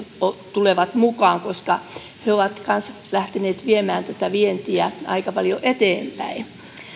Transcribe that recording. tulevat mukaan koska ne ovat kanssa lähteneet viemään tätä vientiä aika paljon eteenpäin